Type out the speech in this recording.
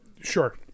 Sure